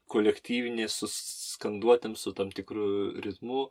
kolektyvinis skanduotėm su tam tikru ritmu